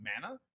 mana